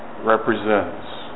represents